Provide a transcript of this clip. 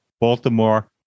Baltimore